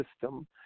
system